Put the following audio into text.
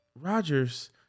Rogers